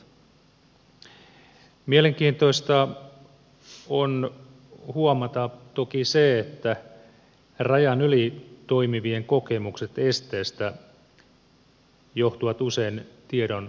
mielenkiintoista on huomata toki se että rajan yli toimivien kokemukset esteistä johtuvat usein tiedon puutteesta